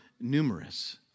numerous